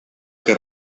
que